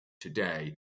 today